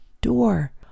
door